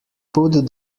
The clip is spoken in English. put